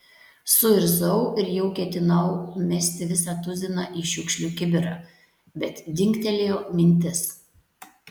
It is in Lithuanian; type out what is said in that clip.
suirzau ir jau ketinau mesti visą tuziną į šiukšlių kibirą bet dingtelėjo mintis